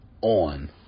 on